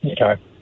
Okay